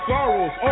Sorrows